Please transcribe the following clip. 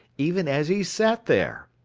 even as he sat there.